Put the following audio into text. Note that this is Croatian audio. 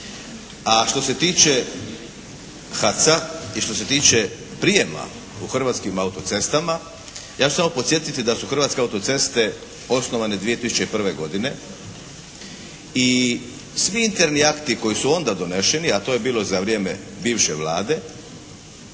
A što se tiče HAC-a i što se tiče prijema u Hrvatskim auto-cestama ja ću samo podsjetiti da su Hrvatske auto-ceste osnovane 2001. godine i svi interni akti koji su onda doneseni a to je bilo za vrijeme bivše Vlade